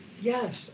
yes